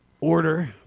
order